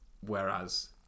whereas